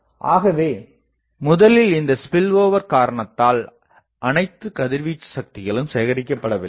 ஆகவே முதலில் இந்த ஸ்பில்ஓவர் காரணத்தால் அனைத்து கதிர்வீச்சு சக்திகளும் சேகரிக்கப்படவில்லை